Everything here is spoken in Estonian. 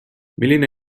milline